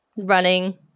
Running